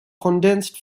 condensed